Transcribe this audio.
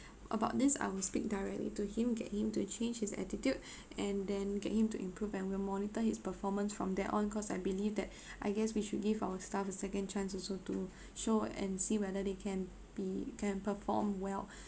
about this I will speak directly to him get him to change his attitude and then get him to improve and we'll monitor his performance from then on cause I believe that I guess we should give our staff a second chance also to show and see whether they can be can perform well